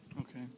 Okay